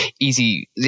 easy